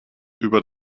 über